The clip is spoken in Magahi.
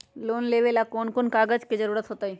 लोन लेवेला कौन कौन कागज के जरूरत होतई?